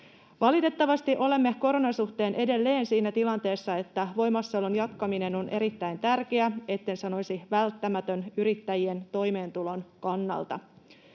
Valitettavasti olemme koronan suhteen edelleen siinä tilanteessa, että voimassaolon jatkaminen on erittäin tärkeää — etten sanoisi välttämätöntä — yrittäjien toimeentulon kannalta.